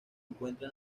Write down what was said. encuentra